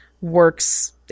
works